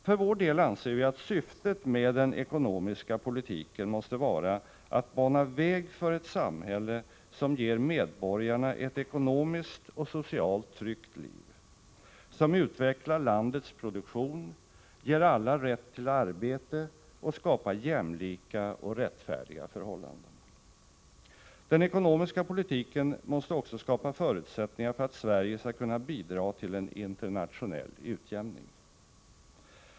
För vår del anser vi att syftet med den ekonomiska politiken måste vara att bana väg för ett samhälle som ger medborgarna ett ekonomiskt och socialt tryggt liv, som utvecklar landets produktion, ger alla rätt till arbete och skapar jämlika och rättfärdiga förhållanden. Den ekonomiska politiken måste också skapa förutsättningar för att Sverige skall kunna bidra till en internationell utjämning.